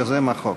יוזם החוק.